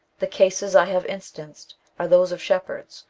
the cases i have instanced are those of shepherds,